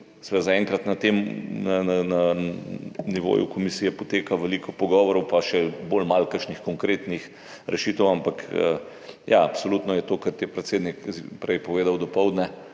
Zaenkrat na nivoju Komisije poteka veliko pogovorov in je še bolj malo kakšnih konkretnih rešitev, ampak ja, absolutno je res, kar je predsednik prej dopoldne